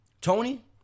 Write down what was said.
Tony